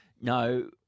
No